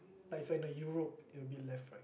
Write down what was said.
but if I'm in the Europe it will be left right